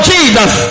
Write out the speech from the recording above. Jesus